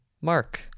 mark